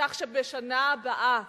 כך שבשנה הבאה